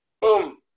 Boom